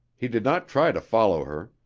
he did not try to follow her.